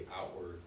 outward